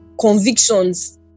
convictions